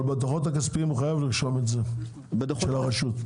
אבל בדוחות הכספיים הוא חייב לרשום את זה של הרשות,